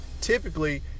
typically